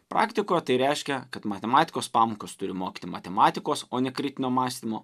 praktikoje tai reiškia kad matematikos pamokos turi mokyti matematikos o ne kritinio mąstymo